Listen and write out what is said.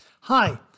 Hi